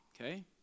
okay